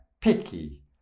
picky